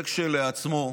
זה כשלעצמו,